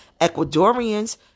Ecuadorians